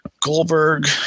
Goldberg